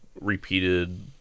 repeated